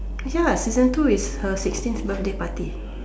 ya season two is her sixteenth birthday party